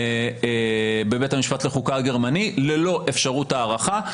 בבית המשפט לחוקה הגרמני, ללא אפשרות הארכה.